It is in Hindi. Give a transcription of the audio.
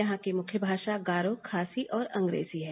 यहां की मुख्य भाषा गारो खासी और अंग्रेजी है